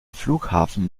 flughafen